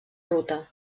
ruta